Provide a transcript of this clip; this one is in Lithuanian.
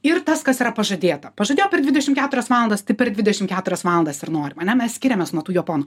ir tas kas yra pažadėta pažadėjo per dvidešim keturias valandas tai per dvidešim keturias valandas ir norim ane mes skiriamės nuo tų japonų